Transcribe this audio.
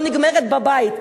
לא נגמרת בבית.